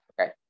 okay